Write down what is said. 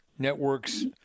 Network's